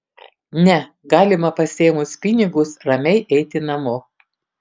ne galima pasiėmus pinigus ramiai eiti namo